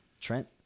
Trent